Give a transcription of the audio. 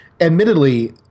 Admittedly